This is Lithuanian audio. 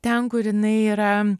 ten kur jinai yra